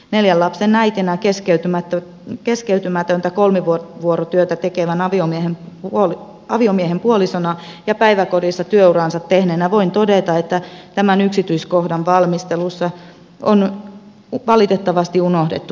neljän lapsen äitinä keskeytymätöntä kolmivuorotyötä tekevän aviomiehen puolisona ja päiväkodissa työurani tehneenä voin todeta että tämän yksityiskohdan valmistelussa on valitettavasti unohdettu hyvä valmistelu